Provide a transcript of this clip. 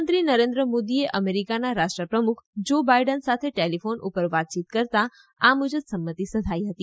પ્રધાનમંત્રી નરેન્દ્ર મોદીએ અમેરીકાના રાષ્ટ્રપ્રમુખ જો બાઇડેન સાથે ટેલીફોન ઉપર વાતયીત કરતા આ મુજબ સંમતી સધાઇ હતી